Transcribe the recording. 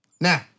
Now